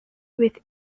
with